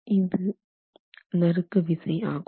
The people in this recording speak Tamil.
இது நறுக்கு விசை ஆகும்